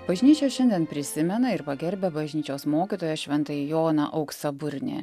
bažnyčia šiandien prisimena ir pagerbia bažnyčios mokytoją šventąjį joną auksaburnį